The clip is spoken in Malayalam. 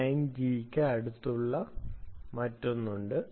9 ജിക്ക് അടുത്തുള്ള മറ്റൊന്ന് ഉണ്ട്